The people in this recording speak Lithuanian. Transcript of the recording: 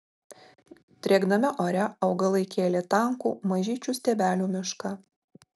drėgname ore augalai kėlė tankų mažyčių stiebelių mišką